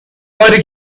باری